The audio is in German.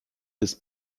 des